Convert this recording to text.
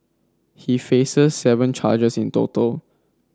he faces seven charges in total